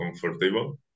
comfortable